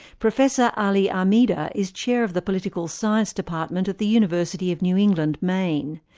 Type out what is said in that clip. professor ali ahmida is chair of the political science department at the university of new england, maine.